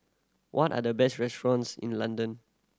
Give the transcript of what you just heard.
what are the best restaurants in London